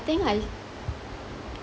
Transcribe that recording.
no I think I